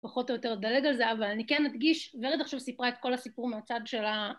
פחות או יותר אדלג על זה אבל אני כן אדגיש ורד עכשיו סיפרה את כל הסיפור מהצד שלה